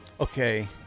Okay